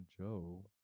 joe